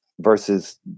Versus